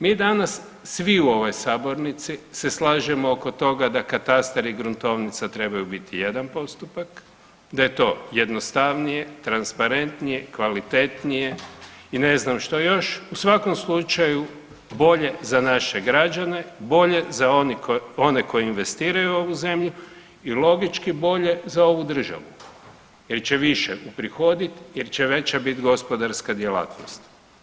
Mi danas svi u ovoj sabornici se slažemo oko toga da katastar i gruntovnica trebaju biti jedan postupak, da je to jednostavnije, transparentnije i kvalitetnije i ne znam što još, u svakom slučaju bolje za naše građane, bolje za one koji investiraju u ovu zemlju i logički bolje za ovu državu jer će više uprihodit i jer će veća bit gospodarska djelatnost.